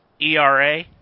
ERA